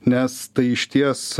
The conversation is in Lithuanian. nes tai išties